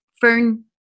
Fern